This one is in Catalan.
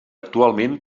actualment